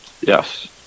Yes